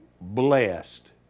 blessed